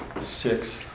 six